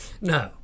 No